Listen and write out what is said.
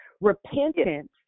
Repentance